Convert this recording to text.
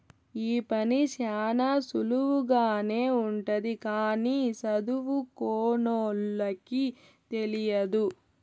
ఈ పని శ్యానా సులువుగానే ఉంటది కానీ సదువుకోనోళ్ళకి తెలియదు